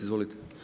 Izvolite.